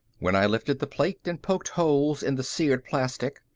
when i lifted the plate and poked holes in the seared plastic,